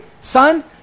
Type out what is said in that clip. son